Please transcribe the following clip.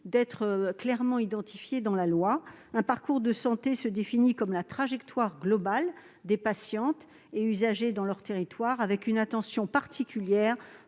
d'être clairement identifiée dans la loi. Un parcours de santé se définit comme la trajectoire globale des patients et usagers dans leur territoire, avec une attention particulière